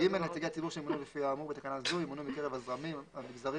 מסגניו, למשל.